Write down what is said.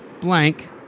blank